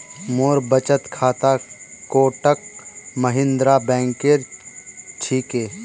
मोर बचत खाता कोटक महिंद्रा बैंकेर छिके